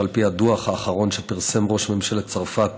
לפי הדוח האחרון שפרסם ראש ממשלת צרפת